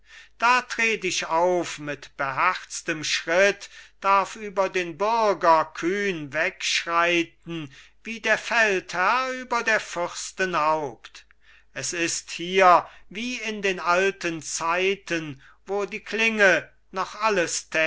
da tret ich auf mit beherztem schritt darf über den bürger kühn wegschreiten wie der feldherr über der fürsten haupt es ist hier wie in den alten zeiten wo die klinge noch alles